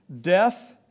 death